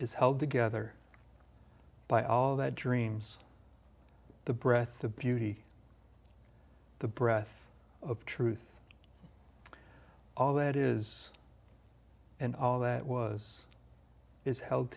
is held together by all the dreams the breath the beauty the breath of truth all that is and all that was is held